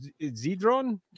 Zedron